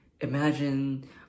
imagine